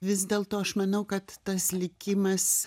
vis dėlto aš manau kad tas likimas